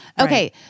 okay